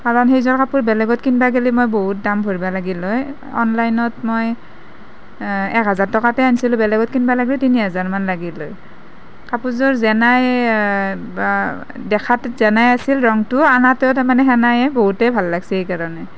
কাৰণ সেইযোৰ কাপোৰ বেলেগত কিনিব গ'লে মই বহুত দাম ভৰিব লাগিল হয় অনলাইনত মই এক হেজাৰ টকাতে আনিছিলোঁ বেলেগত কিনিব লাগিলে তিনি হাজাৰমান লাগিল হয় কাপোৰযোৰ যেনে দেখাত যেনে আছিল ৰঙটো অনাটো মানে সেনেই বহুতেই ভাল লাগিছে সেইকাৰণে